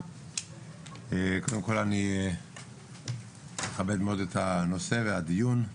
קודם כל אני מכבד מאוד את הנושא והדיון.